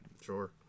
Sure